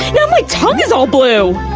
now my tongue is all blue! oooh!